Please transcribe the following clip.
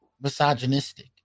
misogynistic